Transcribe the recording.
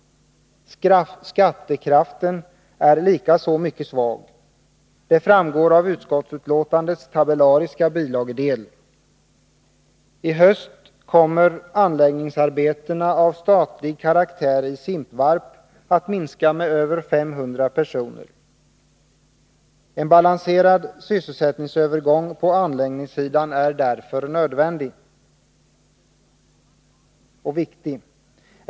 Skattekraften är likaså mycket svag. Det framgår av utskottsbetänkandets tabellariska bilagedel. I höst kommer anläggningsarbeten av statlig karaktär i Simpevarp att minska med över 500 personer. En balanserad sysselsättningsövergång på anläggningssidan är därför nödvändig och viktig.